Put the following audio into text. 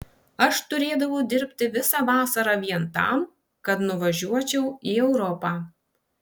aš turėdavau dirbti visą vasarą vien tam kad nuvažiuočiau į europą